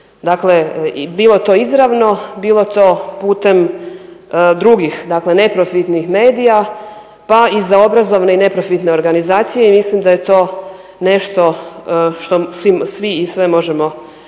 Dakle, bilo to izravno, bilo to putem drugih, dakle neprofitnih medija, pa i za obrazovne i neprofitne organizacije i mislim da je to nešto što svi i sve možemo podržati,